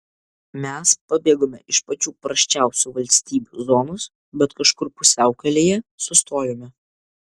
mes pabėgome iš pačių prasčiausių valstybių zonos bet kažkur pusiaukelėje sustojome